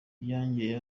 yanjye